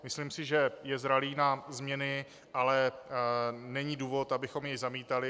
Myslím si, že je zralý na změny, ale není důvod, abychom jej zamítali.